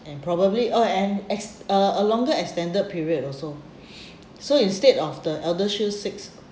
and probably uh an ex uh a longer extended period also so instead of the ElderShield six